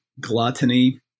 gluttony